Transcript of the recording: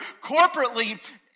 corporately